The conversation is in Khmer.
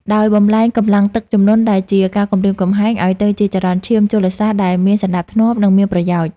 ដោយបំប្លែងកម្លាំងទឹកជំនន់ដែលជាការគំរាមកំហែង ឱ្យទៅជាចរន្តឈាមជលសាស្ត្រដែលមានសណ្ដាប់ធ្នាប់ និងមានប្រយោជន៍។